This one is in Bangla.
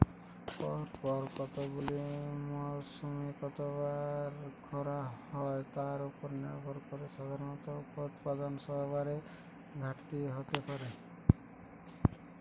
পরপর কতগুলি মরসুমে কতবার খরা হয় তার উপর নির্ভর করে সাধারণত উৎপাদন সরবরাহের ঘাটতি হতে পারে